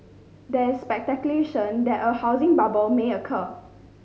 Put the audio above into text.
there is speculation that a housing bubble may occur